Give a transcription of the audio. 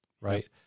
right